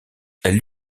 elle